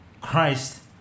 christ